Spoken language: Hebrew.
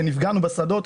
שנפגענו בשדות,